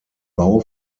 bau